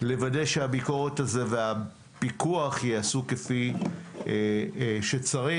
שהביקורת והפיקוח ייעשו כפי שצריך.